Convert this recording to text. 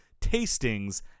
tastings